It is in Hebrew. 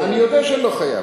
אני יודע שאני לא חייב,